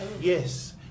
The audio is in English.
yes